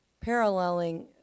paralleling